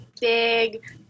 big